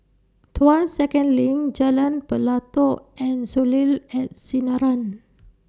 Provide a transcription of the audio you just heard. Tuas Second LINK Jalan Pelatok and Soleil At Sinaran